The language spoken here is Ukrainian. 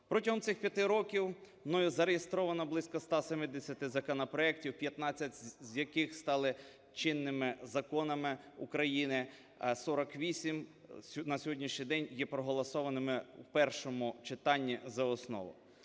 Протягом цих 5 років мною зареєстровано близько 170 законопроектів, 15 з яких стали чинними законами України, 48 на сьогоднішній день є проголосованими в першому читанні за основу.